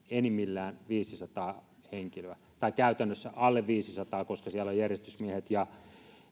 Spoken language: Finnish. enimmillään viisisataa henkilöä tai käytännössä alle viisisataa koska siellä on järjestysmiehet ja